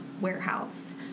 warehouse